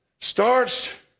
Starts